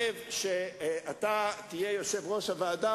היושב-ראש,